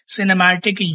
Cinematic